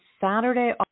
Saturday